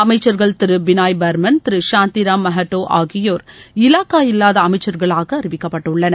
அமைச்சர்கள் திரு பினாய் பாமன் திரு சாந்திராம் மஹத்தோ ஆகியோர் இலாகா இல்வாத அமைச்சர்களாக அறிவிக்கப்பட்டுள்ளனர்